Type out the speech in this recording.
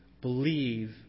believe